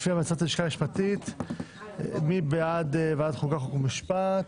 חוק ומשפט?